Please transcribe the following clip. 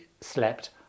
slept